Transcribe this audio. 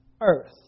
earth